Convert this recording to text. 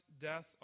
death